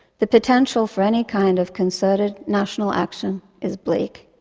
the potential for any kind of concerted national action is bleak.